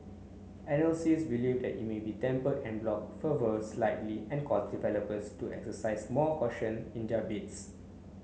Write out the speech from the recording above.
analyst believe that it may temper en bloc fervour slightly and cause developers to exercise more caution in their bids